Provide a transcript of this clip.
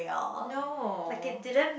no